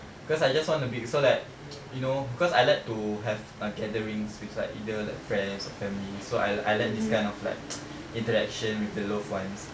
because I just wanna be so that you know cause I like to have uh gatherings with like either like friends or family so I I like this kind of like interaction with the loved ones